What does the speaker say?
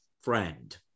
friend